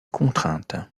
contrainte